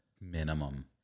minimum